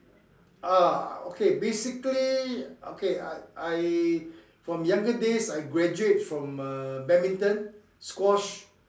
ah okay basically okay I I from younger days I graduate from uh badminton squash